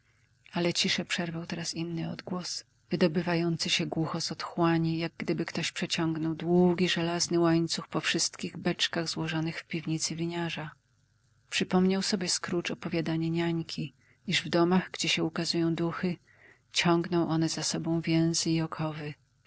ale ciszę przerwał teraz inny odgłos wydobywający się głucho z otchłani jak gdyby ktoś przeciągał długi żelazny łańcuch po wszystkich beczkach złożonych w piwnicy winiarza przypomniał sobie scrooge opowiadanie niańki iż w domach gdzie się ukazują duchy ciągną one za sobą więzy i